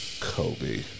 Kobe